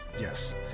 yes